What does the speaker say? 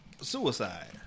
suicide